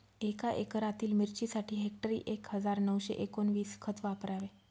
एका एकरातील मिरचीसाठी हेक्टरी एक हजार नऊशे एकोणवीस खत वापरावे